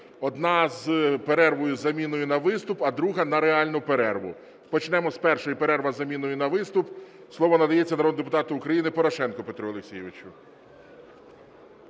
одна – з перервою заміною на виступ, а друга – на реальну перерву. Почнемо з першої - перерва з заміною на виступ. Слово надається народному депутату України Порошенку Петру Олексійовичу.